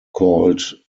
called